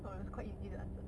oh it's quite easy to answer